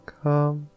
come